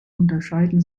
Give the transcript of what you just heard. unterscheiden